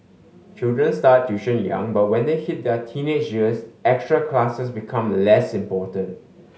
children start tuition young but when they hit their teenage years extra classes become less important